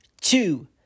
two